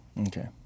Okay